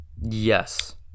Yes